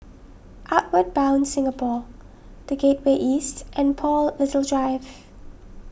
Outward Bound Singapore the Gateway East and Paul Little Drive